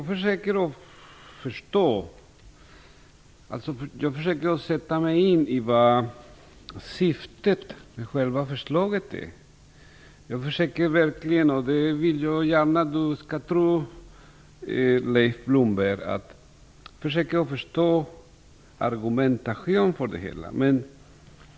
Herr talman! Jag försöker att sätta mig in i vad syftet med själva förslaget är. Jag försöker verkligen förstå argumentationen för detta, det vill jag att Leif Blomberg skall tro.